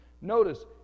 Notice